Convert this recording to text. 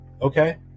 okay